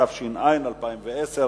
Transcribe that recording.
התש"ע 2010,